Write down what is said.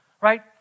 right